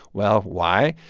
well, why?